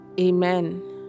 Amen